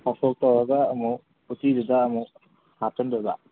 ꯊꯥꯎ ꯁꯣꯛ ꯇꯧꯔꯒ ꯑꯃꯨꯛ ꯎꯇꯤꯗꯨꯗ ꯑꯃꯨꯛ ꯍꯥꯞꯆꯤꯟꯗꯣꯏꯕ